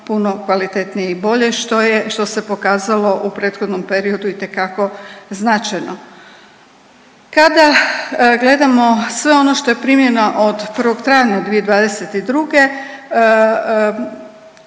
puno kvalitetnije i bolje, što je, što se pokazalo u prethodnom periodu itekako značajno. Kada gledamo sve ono što je primljeno od 1. travnja 2022.,